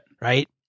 Right